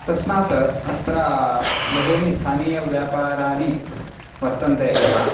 तस्मात् अत्र बहवः स्थानीयव्यापाराः वर्तन्ते एव